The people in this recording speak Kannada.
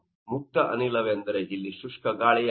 ಮುಕ್ತ ಅನಿಲವೆಂದರೆ ಇಲ್ಲಿ ಶುಷ್ಕ ಗಾಳಿಯಾಗಿದೆ